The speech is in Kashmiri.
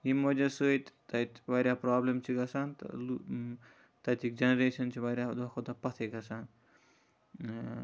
ییٚمہِ وَجہ سۭتۍ تَتہِ واریاہ پرابلم چھِ گَژھان تَتِکۍ جَنریشَن چھِ دۄہ کھۄتہٕ دۄہ پَتھٕے گَژھان